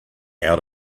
out